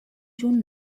schon